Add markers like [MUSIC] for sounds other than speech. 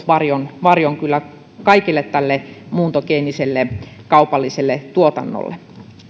[UNINTELLIGIBLE] varjon varjon kaikelle tälle muuntogeeniselle kaupalliselle tuotannolle